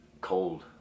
cold